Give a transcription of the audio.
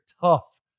tough